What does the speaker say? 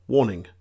Warning